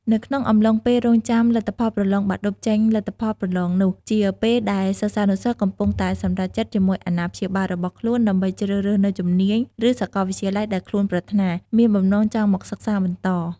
នៅក្នុងអំឡុងពេលរងចាំលទ្ធផលប្រឡងបាក់ឌុបចេញលទ្ធផលប្រឡងនោះ ជាពេលដែលសិស្សានុសិស្សកំពុងតែសម្រេចចិត្តជាមួយអាណាព្យាបាលរបស់ខ្លួនដើម្បីជ្រើសរើសនូវជំនាញ ឬសកលវិទ្យាល័យដែលខ្លួនប្រាថ្នា មានបំណងចង់មកសិក្សាបន្ត។